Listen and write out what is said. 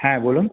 হ্যাঁ বলুন